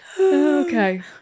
Okay